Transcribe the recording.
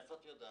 מאיפה את יודעת?